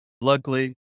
luckily